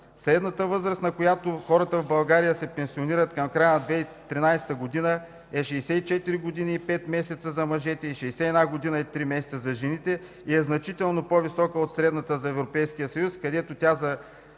Средната възраст, на която хората в България се пенсионират към края на 2013 г., е 64 години и 5 месеца за мъжете и 61 години и 3 месеца за жените и е значително по-висока от средната за Европейския съюз, където за